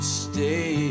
stay